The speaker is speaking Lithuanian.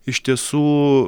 iš tiesų